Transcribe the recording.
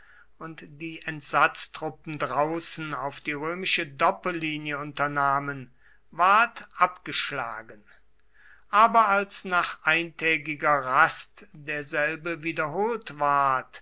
und die entsatztruppen draußen auf die römische doppellinie unternahmen ward abgeschlagen aber als nach eintägiger rast derselbe wiederholt ward